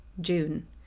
June